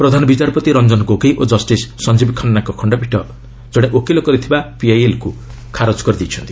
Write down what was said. ପ୍ରଧାନ ବିଚାପରତି ରଞ୍ଜନ ଗୋଗୋଇ ଓ କଷିସ୍ ସଞ୍ଜୀବ୍ ଖାନ୍ନାଙ୍କ ଖଣ୍ଡପୀଠ ଜଣେ ଓକିଲ କରିଥିବା ପିଆଇଏଲ୍କୁ ଖାରଜ କରିଦେଇଛନ୍ତି